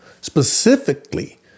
Specifically